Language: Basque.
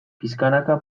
pixkanaka